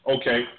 Okay